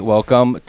Welcome